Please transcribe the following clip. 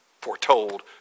foretold